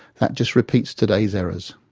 that just repeats today's errors.